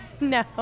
No